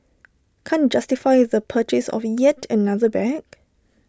can't justify the purchase of yet another bag